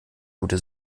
gute